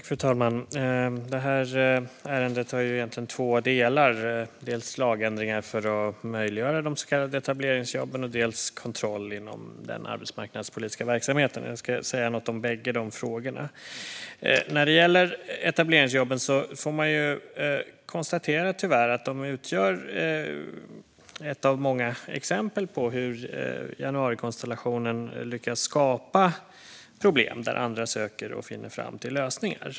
Fru talman! Detta ärende har egentligen två delar. Det handlar dels om lagändringar för att möjliggöra de så kallade etableringsjobben, dels kontroll inom den arbetsmarknadspolitiska verksamheten. Jag tänker säga något om båda dessa frågor. Etableringsjobben utgör tyvärr ett av många exempel på hur januarikonstellationen lyckas skapa problem där andra söker och finner lösningar.